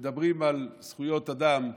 כשמדברים על זכויות אדם,